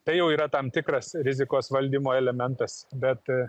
tai jau yra tam tikras rizikos valdymo elementas bet